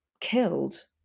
killed